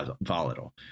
volatile